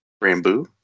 Rambo